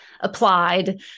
applied